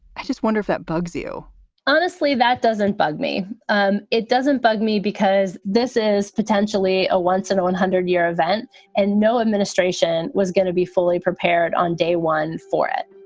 i just wonder if it bugs you honestly, that doesn't bug me. um it doesn't bug me because this is potentially a once in a one hundred year event and no administration was gonna be fully prepared on day one for it